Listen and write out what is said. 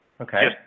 okay